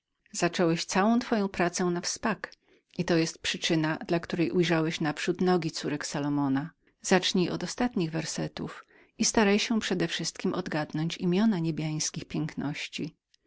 zacząłeś całą twoją pracę na wspak i to jest przyczyna dla której ujrzałeś naprzód nogi córek salomona zacznij naprzód od ostatnich zwrotek i staraj się przedewszystkiem odgadnąć imiona niebiańskich piękności